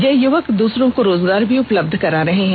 ये युवक दूसरों को रोजगार भी उपलब्ध करा रहे हैं